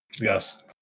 yes